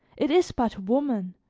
it is but woman,